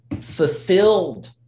fulfilled